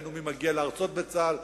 ראינו מי מגיע להרצות בצה"ל,